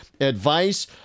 advice